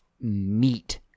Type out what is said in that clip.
meat